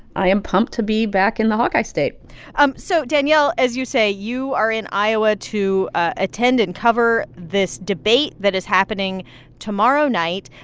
i am pumped to be back in the hawkeye state um so, danielle, as you say, you are in iowa to attend and cover this debate that is happening tomorrow night.